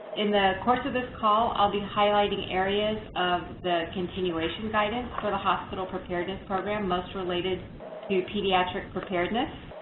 in the course of this call, i'll be highlighting areas the continuation guidance for the hospital preparedness program most related to pediatric preparedness.